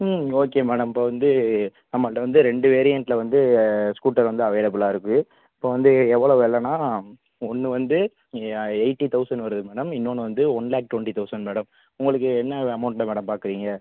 ம் okay madam இப்போ வந்து நம்மகிட்ட ரெண்டு வேரியண்ட்டில் வந்து ஸ்கூட்டர் வந்து அவைலபிளா இருக்குது இப்போ வந்து எவ்வளோ வெலனா ஒன்று வந்து எய்ட்டி தௌசண்ட் வருது மேடம் இன்னொன்று வந்து one lakh twenty thousand madam உங்களுக்கு என்ன அமௌண்ட்டில் மேடம் பார்க்குறீங்க